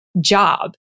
Job